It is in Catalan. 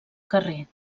carrer